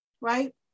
right